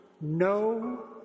no